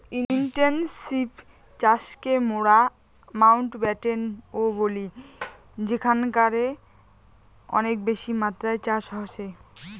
intensive চাষকে মোরা Mountbatten ও বলি যেখানকারে অনেক বেশি মাত্রায় চাষ হসে